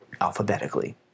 alphabetically